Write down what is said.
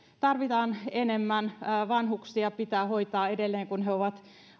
enemmän vanhuksia pitää hoitaa edelleen kun he ovat